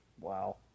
Wow